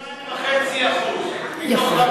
זה 2.5% מתוך 500,